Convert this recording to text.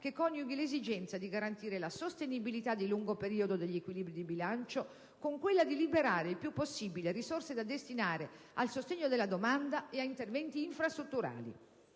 che coniughi l'esigenza di garantire la sostenibilità di lungo periodo degli equilibri di bilancio con quella di liberare il più possibile risorse da destinare al sostegno della domanda e ad interventi infrastrutturali.